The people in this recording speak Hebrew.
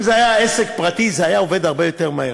אם זה היה עסק פרטי זה היה עובד הרבה יותר מהר.